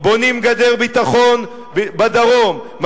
בונים גדר ביטחון בדרום,